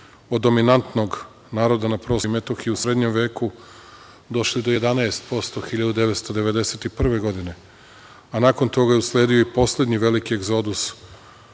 od dominantnog naroda na prostoru Kosova i Metohije u srednjem veku došli do 11% 1991. godine, a nakon toga je usledio i poslednji veliki egzodus